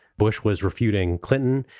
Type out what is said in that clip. bush was refuting clinton.